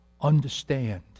understand